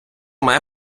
має